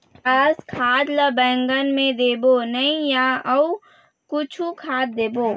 Potash खाद ला बैंगन मे देबो नई या अऊ कुछू खाद देबो?